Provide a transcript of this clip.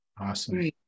awesome